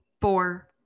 four